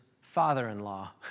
father-in-law